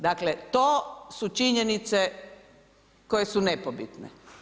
Dakle, to su činjenice koje su nepobitne.